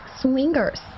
Swingers